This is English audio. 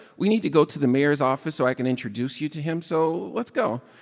we need to go to the mayor's office so i can introduce you to him. so let's go.